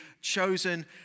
chosen